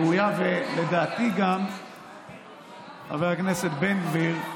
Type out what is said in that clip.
לדעתי, חבר הכנסת בן גביר,